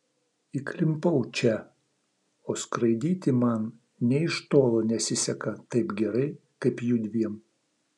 įklimpau čia o skraidyti man nė iš tolo nesiseka taip gerai kaip judviem